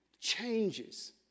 changes